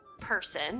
person